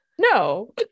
No